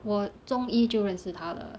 我中一就认识他了